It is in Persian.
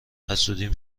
حسودیم